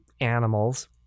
animals